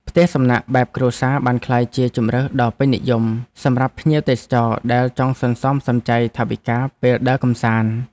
ផ្ទះសំណាក់បែបគ្រួសារបានក្លាយជាជម្រើសដ៏ពេញនិយមសម្រាប់ភ្ញៀវទេសចរដែលចង់សន្សំសំចៃថវិកាពេលដើរកម្សាន្ត។